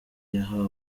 yahawe